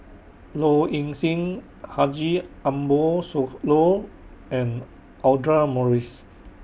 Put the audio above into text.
Low Ing Sing Haji Ambo Sooloh and Audra Morrice